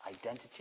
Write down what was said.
identity